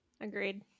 Agreed